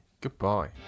Goodbye